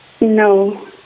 No